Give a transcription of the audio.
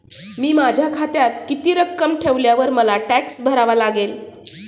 मी माझ्या खात्यात किती रक्कम ठेवल्यावर मला टॅक्स भरावा लागेल?